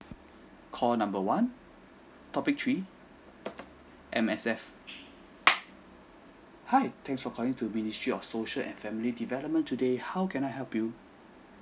call number one topic three M_S_F hi thanks for calling to ministry of social and family development today how can I help you